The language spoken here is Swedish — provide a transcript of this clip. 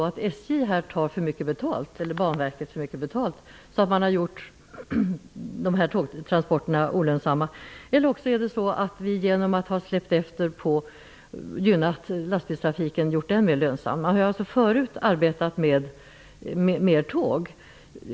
Antingen tar Banverket för mycket betalt, så att tågtransporterna har blivit olönsamma, eller också har lastbilstrafiken gjorts mer lönsam; tidigare använde man sig mer av tåg.